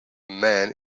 man